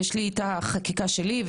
יש לי את החקיקה שלי,